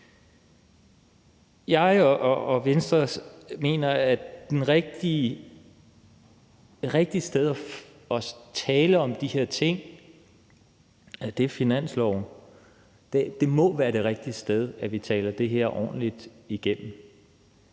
Jeg og Venstre mener, at det rigtige sted at tale om de her ting er i finanslovsforhandlingerne. Det må være det rigtige sted at tale det her ordentligt igennem.